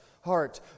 heart